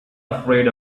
afraid